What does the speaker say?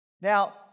Now